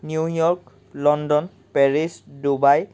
New York London Paris Dubai